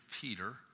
Peter